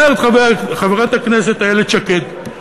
אומרת חברת הכנסת איילת שקד,